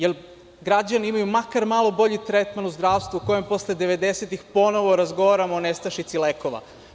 Da li građani imaju makar malo bolji tretman u zdravstvu, u kojem posle 90-ih ponovo razgovaramo o nestašici lekova?